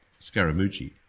Scaramucci